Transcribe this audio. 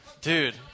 dude